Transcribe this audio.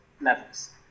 levels